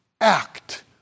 act